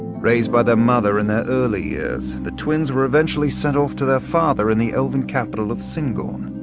raised by their mother in their early years, the twins were eventually sent off to their father in the elven capital of syngorn.